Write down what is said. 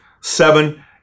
Seven